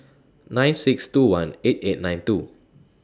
nine six two one eight eight nine two